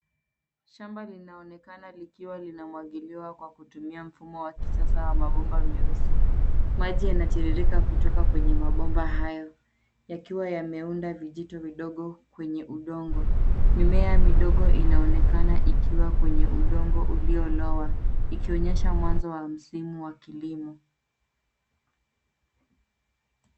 Shamba linaonekana likiwa linamwagiliwa kwa kutumia mfumo wa kisasa wa mabomba meusi. Maji yanatiririka kutoka kwenye mabomba hayo, yakiwa yameunda vijito vidogo kwenye udongo. Mimea midogo inaonekana ikiwa kwenye udongo uliolowa ikionyesha mwanzo wa msimu wa kilimo.